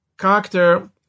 character